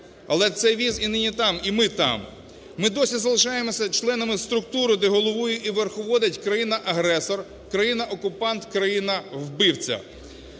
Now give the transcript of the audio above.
але цей віз і нині там, і ми там. Ми досі залишаємося членами структури, де головує і верховодить країна-агресор, країна-окупант, країна-вбивця.